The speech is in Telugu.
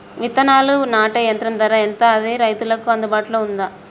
విత్తనాలు నాటే యంత్రం ధర ఎంత అది రైతులకు అందుబాటులో ఉందా?